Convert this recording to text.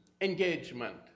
engagement